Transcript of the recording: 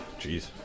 Jeez